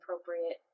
appropriate